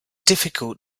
difficult